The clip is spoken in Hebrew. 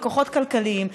וכוחות כלכליים.